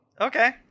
okay